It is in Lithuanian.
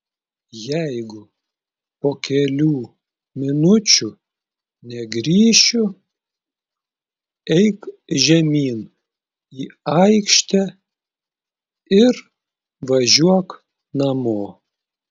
jeigu po kelių minučių negrįšiu eik žemyn į aikštę ir važiuok namo